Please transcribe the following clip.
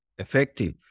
effective